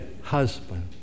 husband